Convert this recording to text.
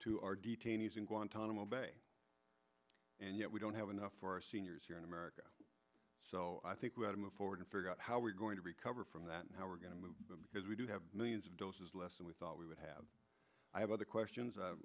to our detainees in guantanamo bay and yet we don't have enough for our seniors here in america so i think we have to move forward and figure out how we're going to recover from that and how we're going to move because we do have millions of dollars less than we thought we would have i have other questions i